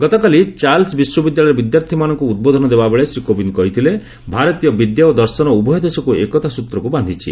ଗତକାଲି ଚାର୍ଲେସ ବିଶ୍ୱବିଦ୍ୟାଳୟରେ ବିଦ୍ୟାର୍ଥୀମାନଙ୍କୁ ଉଦ୍ବୋଧନ ଦେବାବେଳେ ଶ୍ରୀ କୋବିନ୍ଦ କହିଥିଲେ ଭାରତୀୟ ବିଦ୍ୟା ଓ ଦର୍ଶନ ଉଭୟ ଦେଶକୁ ଏକତା ସ୍ୱତ୍ରକୁ ବାନ୍ଧିଛି